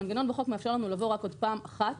המנגנון בחוק מאפשר לנו לבוא רק עוד פעם אחת